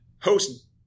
host